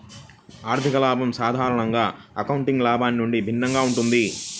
ఆర్థిక లాభం సాధారణంగా అకౌంటింగ్ లాభం నుండి భిన్నంగా ఉంటుంది